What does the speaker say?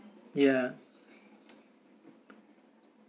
ya